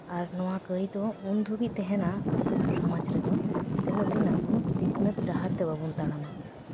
ᱟᱨ ᱱᱚᱣᱟ ᱠᱟᱹᱭ ᱫᱚ ᱩᱱ ᱦᱟᱹᱵᱤᱡ ᱛᱟᱦᱮᱱᱟ ᱟᱵᱚ ᱥᱚᱢᱟᱡᱽ ᱨᱮᱫᱚ ᱛᱤᱱᱟᱹᱜ ᱫᱤᱱ ᱟᱵᱚ ᱥᱤᱠᱷᱱᱟᱹᱛ ᱰᱟᱦᱟᱨ ᱛᱮ ᱵᱟᱵᱚᱱ ᱛᱟᱲᱟᱢᱟ